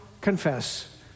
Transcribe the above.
confess